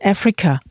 Africa